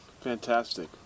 fantastic